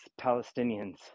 Palestinians